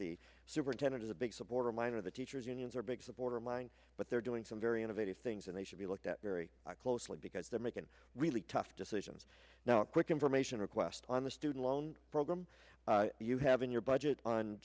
the superintendent is a big supporter of mine or the teachers unions or big supporter of mine but they're doing some very innovative things and they should be looked at very closely because they're making really tough decisions now a quick information request on the student loan program you have in your budget on